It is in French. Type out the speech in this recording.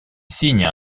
signent